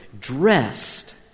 dressed